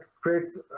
creates